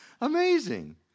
Amazing